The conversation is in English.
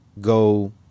go